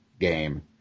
game